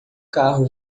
carro